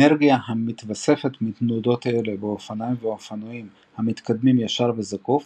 אנרגיה המתווספת מתנודות כאלה באופניים ואופנועים המתקדמים ישר וזקוף